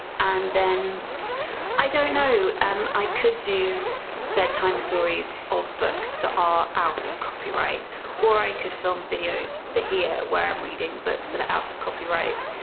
and then i don't know um i could do bedtime stories of books that are out of copyright or i could film videos for here where i'm reading books that are out of copyright,